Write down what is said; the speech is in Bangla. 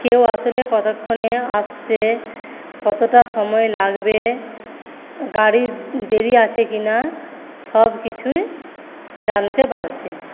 কেউ আসলে কতক্ষণে আসছে কতটা সময় লাগবে গাড়ির দেরি আছে কিনা সব কিছুই জানতে পারছি